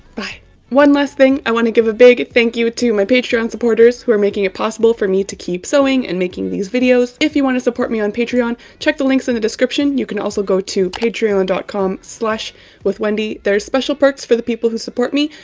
bye one last thing i wanna give a big thank you to my patreon supporters who are making it possible for me to keep sewing and making these videos if you want to support me on patreon check the links in the description, you can also go to patreon and dot com slash withwendy there's special perks for the people who support me.